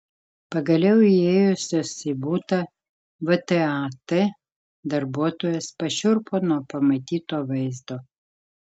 pagaliau įėjusios į butą vtat darbuotojos pašiurpo nuo pamatyto vaizdo